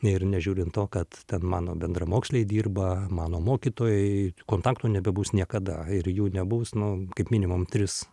ir nežiūrint to kad ten mano bendramoksliai dirba mano mokytojai kontaktų nebebus niekada ir jų nebus nu kaip minimum tris